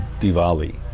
Diwali